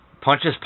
punches